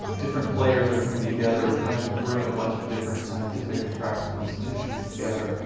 different players are coming together, trying to bring a bunch of different scientific and practical institutions together.